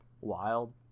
wild